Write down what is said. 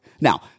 Now